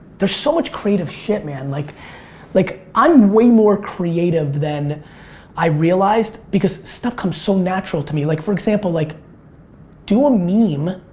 there's so much creative shit, man. like like i'm way more creative than i realized because stuff comes so natural to me. like for example, like do a meme,